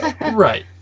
Right